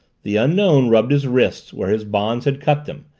the unknown rubbed his wrists where his bonds had cut them.